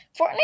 Fortnite